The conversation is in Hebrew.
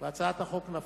והצעת החוק נפלה,